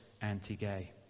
anti-gay